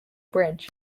bridge